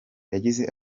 yagize